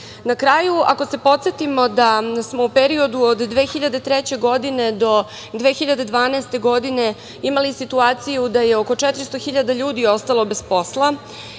kraju, ako se podsetimo da smo u periodu od 2003. do 2012. godine imali situaciju da je oko 400.000 ljudi ostalo bez posla